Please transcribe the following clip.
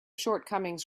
shortcomings